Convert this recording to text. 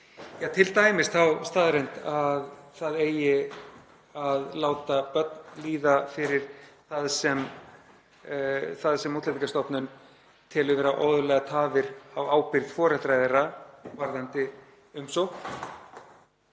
um t.d. þá staðreynd að það eigi að láta börn líða fyrir það sem Útlendingastofnun telur vera óeðlilegar tafir á ábyrgð foreldra þeirra varðandi umsókn.